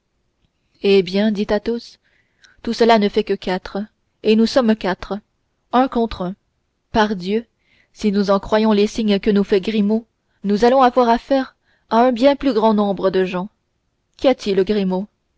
eh bien dit athos tout cela ne fait que quatre et nous sommes quatre un contre un pardieu si nous en croyons les signes que nous fait grimaud nous allons avoir affaire à un bien plus grand nombre de gens qu'y a-t-il grimaud